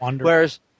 Whereas